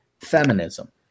feminism